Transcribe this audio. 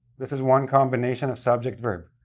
this is one combination of subject-verb.